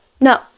No